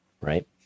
right